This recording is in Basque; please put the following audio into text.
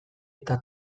eta